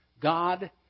God